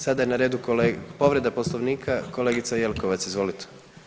Sada je na redu, povreda Poslovnika, kolegica Jelkovac, izvolite.